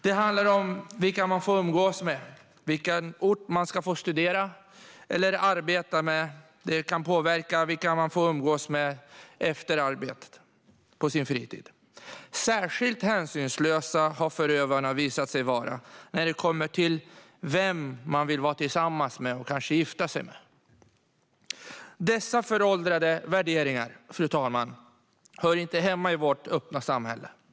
Det handlar om vilka man får umgås med och vilken ort man får studera eller arbeta på, och det kan påverka vilka man får umgås med på sin fritid. Särskilt hänsynslösa har förövarna visat sig vara när det kommer till vem man vill vara tillsammans med och kanske gifta sig med. Dessa föråldrade värderingar hör inte hemma i vårt öppna samhälle, fru talman.